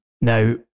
Now